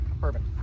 Perfect